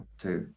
two